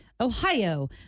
Ohio